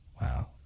Wow